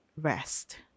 rest